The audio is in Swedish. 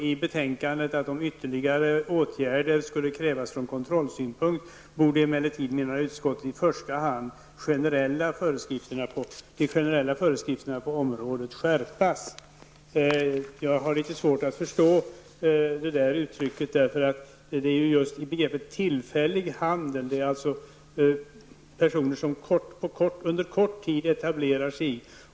I betänkandet står det: ''Om ytterligare åtgärder skulle krävas från kontrollsynpunkt borde emellertid, menade utskottet, i första hand de generella föreskrifterna på området skärpas.'' Jag har litet svårt att förstå detta uttryck, eftersom begreppet tillfällig handel innebär att personer under kort tid etablerar sig inom handeln.